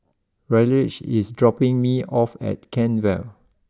Ryleigh is dropping me off at Kent Vale